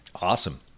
Awesome